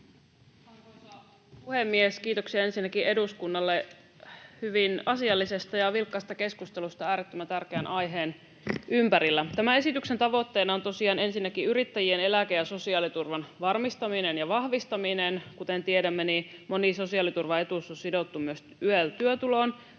Arvoisa puhemies! Kiitoksia ensinnäkin eduskunnalle hyvin asiallisesta ja vilkkaasta keskustelusta äärettömän tärkeän aiheen ympärillä. Tämän esityksen tavoitteena on tosiaan ensinnäkin yrittäjien eläke- ja sosiaaliturvan varmistaminen ja vahvistaminen, ja kuten tiedämme, moni sosiaaliturvaetuus on sidottu YEL-työtuloon,